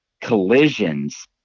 collisions